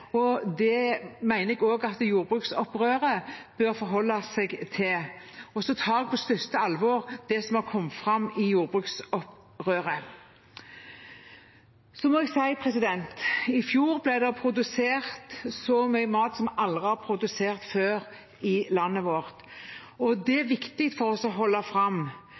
jeg også at jordbruksopprøret bør forholde seg til. Så tar jeg på største alvor det som har kommet fram i jordbruksopprøret. I fjor ble det produsert så mye mat som vi aldri har produsert før i landet vårt. Det er det viktig for oss å holde fram.